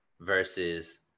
versus